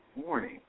morning